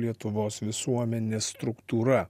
lietuvos visuomenės struktūra